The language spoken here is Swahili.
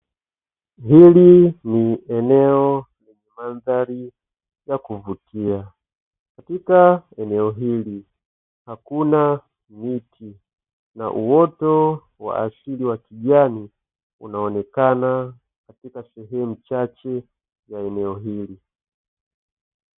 Hili ni eneo la mandhari ya kuvutia, katika eneo hili hakuna miti, na uoto wa asili wa kijani unaonekana katika sehemu chache ya eneo hili.